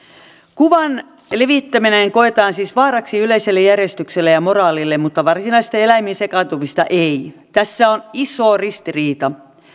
kuvan levittäminen koetaan siis vaaraksi yleiselle järjestykselle ja moraalille mutta varsinaista eläimiin sekaantumista ei tässä on iso ristiriita